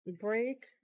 break